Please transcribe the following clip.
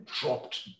dropped